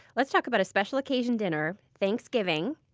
let's talk about a special occasion dinner thanksgiving.